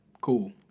cool